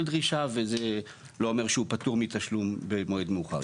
דרישה וזה לא אומר שהוא פטור מתשלום במועד מאוחר יותר.